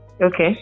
Okay